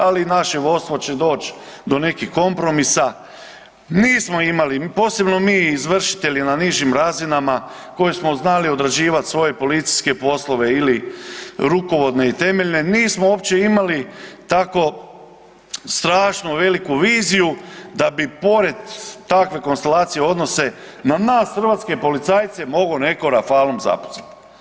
Ali naše vodstvo će doći do nekih kompromisa nismo imali, posebno mi izvršitelji na nižim razinama koji smo znali odrađivati svoje policijske poslove ili rukovodne i temeljne nismo uopće imali tako strašno veliku viziju da bi pored takve konstalacije odnose na nas hrvatske policajce mogao neko rafalom zapucati.